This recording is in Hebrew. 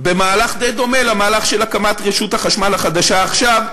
במהלך די דומה למהלך של הקמת רשות החשמל החדשה עכשיו,